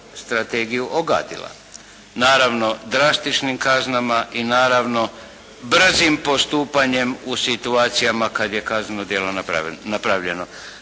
strategiju ogadila. Naravno drastičnim kaznama i naravno brzim postupanjem u situacijama kada je kazneno djelo napravljeno.